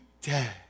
dead